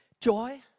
joy